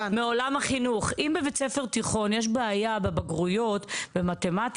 החינוך אם בבית ספר תיכון יש בעיה בבגרויות במתמטיקה